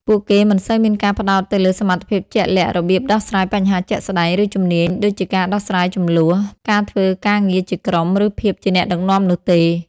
ពួកគេមិនសូវមានការផ្ដោតទៅលើសមត្ថភាពជាក់លាក់ របៀបដោះស្រាយបញ្ហាជាក់ស្ដែង ឬជំនាញដូចជាការដោះស្រាយជម្លោះ ការធ្វើការងារជាក្រុម ឬភាពជាអ្នកដឹកនាំនោះទេ។